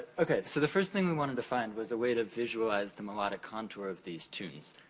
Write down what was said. okay, so the first thing we wanted to find was a way to visualize the melodic contour of these tunes.